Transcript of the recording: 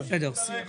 יש פה